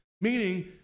meaning